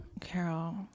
Carol